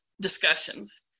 discussions